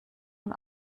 und